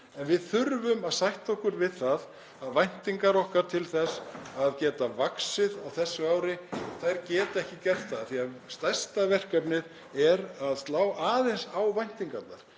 En við þurfum að sætta okkur við að væntingar okkar til þess að geta vaxið á þessu ári eru ekki raunhæfar. Stærsta verkefnið er að slá aðeins á væntingarnar,